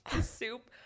Soup